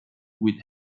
with